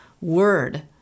word